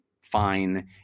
fine